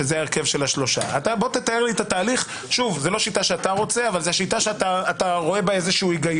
הרכב של 3. זה לא השיטה שאתה רוצה אבל זו השיטה שאתה רואה בה היגיון.